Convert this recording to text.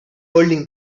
holding